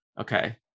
Okay